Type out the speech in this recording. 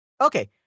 Okay